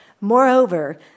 Moreover